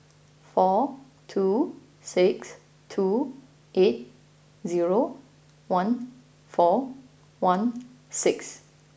four two six two eight zero one four one six